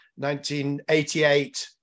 1988